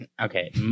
okay